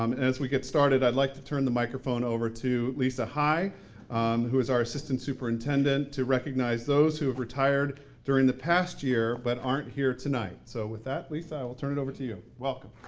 um as we get started i'd like to turn the microphone over to lisa high who is our assistant superintendent to recognize those who have retired during the past year but aren't here tonight so with that lisa i will turn it over to you. welcome